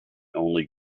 only